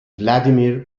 vladimir